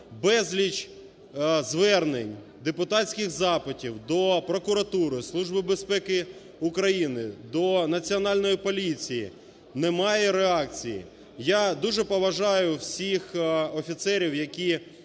Безліч звернень, депутатських запитів до прокуратури, Служби безпеки України, до Національної поліції – немає реакції. Я дуже поважаю всіх офіцерів, які